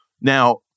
Now